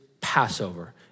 Passover